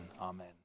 amen